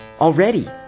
already